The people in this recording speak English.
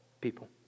people